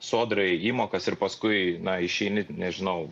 sodrai įmokas ir paskui na išeini nežinau